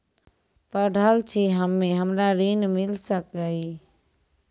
पढल छी हम्मे हमरा ऋण मिल सकई?